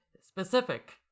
specific